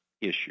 issue